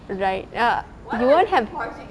right ya you won't have